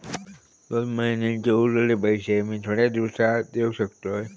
दोन महिन्यांचे उरलेले पैशे मी थोड्या दिवसा देव शकतय?